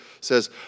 says